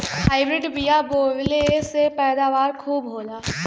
hybrid बिया बोवले से पैदावार खूब होला